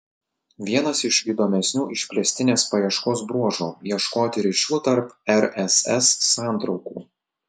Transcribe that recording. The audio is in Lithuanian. vienas iš įdomesnių išplėstinės paieškos bruožų ieškoti ryšių tarp rss santraukų